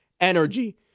energy